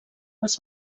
els